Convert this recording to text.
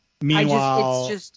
Meanwhile